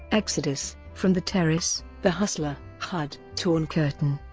exodus, from the terrace, the hustler, hud, torn curtain,